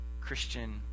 Christian